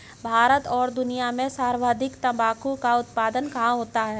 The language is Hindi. भारत और दुनिया भर में सर्वाधिक तंबाकू का उत्पादन कहां होता है?